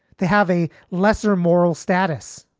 they have a lesser moral status.